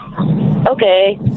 Okay